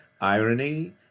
irony